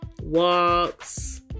walks